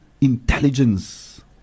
intelligence